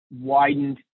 widened